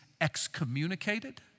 excommunicated